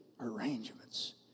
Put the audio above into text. arrangements